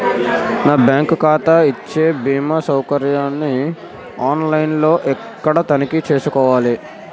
నా బ్యాంకు ఖాతా ఇచ్చే భీమా సౌకర్యాన్ని ఆన్ లైన్ లో ఎక్కడ తనిఖీ చేసుకోవాలి?